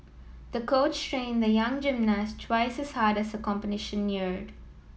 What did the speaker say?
the coach trained the young gymnast twice as hard as the competition neared